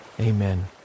amen